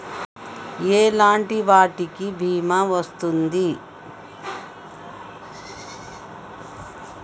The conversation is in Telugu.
ఎలాంటి వాటికి బీమా వస్తుంది?